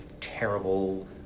terrible